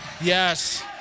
Yes